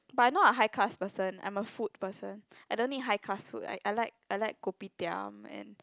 but I'm not a high class person I'm a food person I don't need high class food I I like I like Kopitiam and